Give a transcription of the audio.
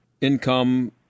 income